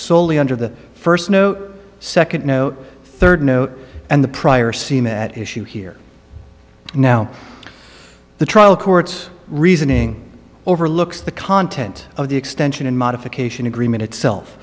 soley under the first no second no third note and the prior seem at issue here now the trial court's reasoning overlooks the content of the extension and modification agreement itself